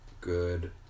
Good